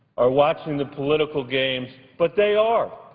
are watching the political games, but they are.